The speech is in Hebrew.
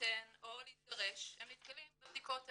להתחתן או להתגרש הם מגיעים לבדיקות האלה.